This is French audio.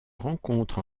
rencontre